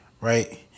right